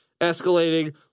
escalating